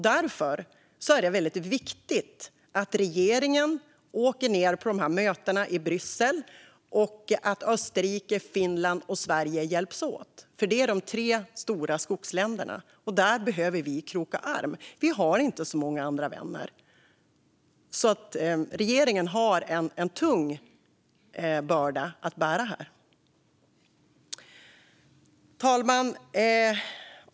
Därför är det väldigt viktigt att regeringen åker ned till mötena i Bryssel och att Österrike, Finland och Sverige hjälps åt. Det är de tre stora skogsländerna, och där behöver vi kroka arm. Vi har inte så många andra vänner, så regeringen har en tung börda att bära här. Fru talman!